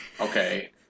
Okay